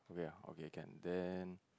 okay ya okay can then